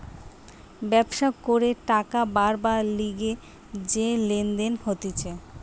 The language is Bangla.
ব্যবসা করে টাকা বারবার লিগে যে লেনদেন হতিছে